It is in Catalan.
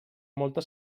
molta